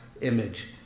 image